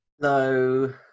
No